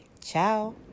Ciao